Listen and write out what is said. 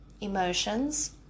emotions